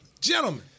gentlemen